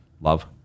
love